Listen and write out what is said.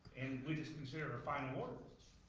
and we just consider filing orders.